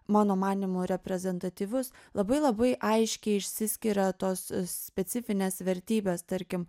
mano manymu reprezentatyvus labai labai aiškiai išsiskiria tos specifinės vertybės tarkim